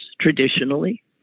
traditionally